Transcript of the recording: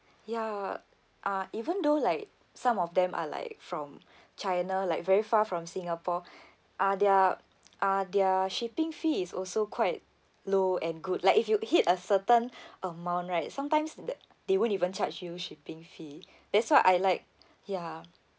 ya uh even though like some of them are like from china like very far from singapore uh their uh their shipping fee is also quite low and good like if you hit a certain amount right sometimes th~ they won't even charge you shipping fee that's why I like ya